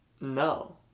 no